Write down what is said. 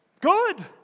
Good